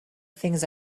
things